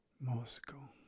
Moscow